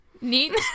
Neat